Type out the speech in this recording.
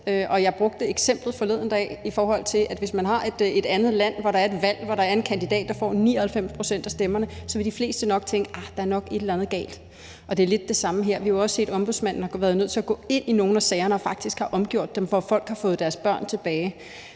Jeg brugte forleden dag eksemplet med, at hvis man har et andet land, hvor der er et valg, hvor der er en kandidat, der får 99 pct. af stemmerne, så vil de fleste tænke, at der nok er et eller andet galt. Og det er lidt det samme her. Vi har jo også set, at Ombudsmanden har været nødt til at gå ind i nogle af sagerne og faktisk har omgjort dem, hvor folk har fået deres børn tilbage.